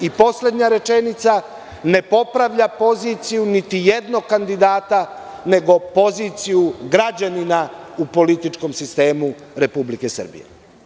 I poslednja rečenica, ne popravlja poziciju niti jednog kandidata, nego poziciju građanina u političkom sistemu Republike Srbije.